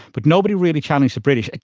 but nobody really challenged the british.